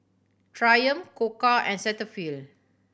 Triumph Koka and Cetaphil